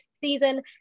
season